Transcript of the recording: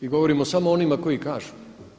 I govorimo samo onima koji kažu.